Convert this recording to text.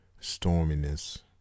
storminess